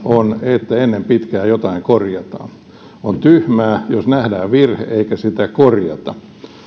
on että ennen pitkää jotain korjataan on tyhmää jos nähdään virhe eikä sitä korjata